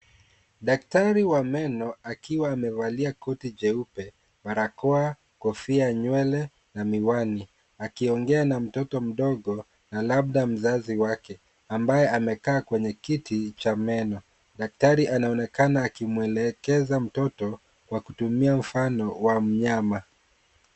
Daktari wa meno akiwa amevalia koti jeupe, barakoa, kofia nywele na miwani. Akiongea na mtoto mdogo na labda mzazi wake, ambaye amekaa kwenye kiti cha meno, daktari anaonekana akimwelekeza mtoto kwa kutumia mfano wa mnyama.